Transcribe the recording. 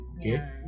okay